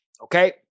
Okay